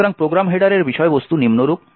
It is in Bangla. সুতরাং প্রোগ্রাম হেডারের বিষয়বস্তু নিম্নরূপ